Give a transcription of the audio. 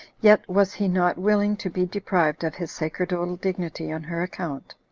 yet was he not willing to be deprived of his sacerdotal dignity on her account,